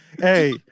Hey